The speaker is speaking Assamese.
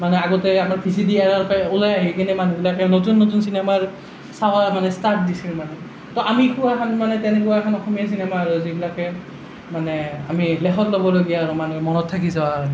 মানে আগতে আমাৰ ভি চি ডি এৰাৰ পৰা ওলাই আহি কিনে মানুহবিলাকে নতুন নতুন চিনেমাৰ চোৱাৰ মানে ষ্টাৰ্ট দিছিল মানে তো আমিষো এখন মানে তেনেকুৱা এখন অসমীয়া চিনেমা আৰু যিবিলাকে মানে আমি লেখতল'বলগীয়া আৰু মানে মনত থাকি যোৱা আৰু